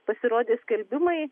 pasirodė skelbimai